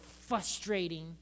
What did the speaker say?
frustrating